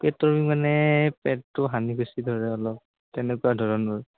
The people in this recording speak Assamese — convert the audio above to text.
পেটৰ বিষ মানে পেটটো হানি খুচি ধৰে অলপ তেনেকুৱা ধৰণৰ